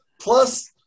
plus